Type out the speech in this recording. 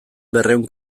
berrehun